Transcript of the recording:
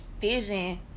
vision